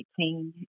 18